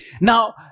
Now